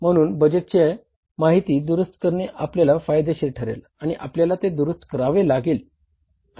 म्हणून बजेटची माहिती दुरुस्त करणे आपल्याला फायदेशीर ठरेल आणि आपल्याला ते दुरुस्त करावे लागेल